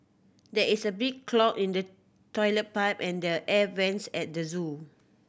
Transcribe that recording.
there is a big clog in the toilet pipe and the air vents at the zoo